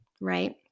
Right